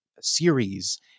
series